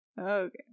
Okay